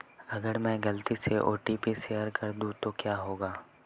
अगर मैं गलती से ओ.टी.पी शेयर कर दूं तो क्या होगा?